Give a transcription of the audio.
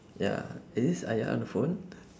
ya is this ayat on the phone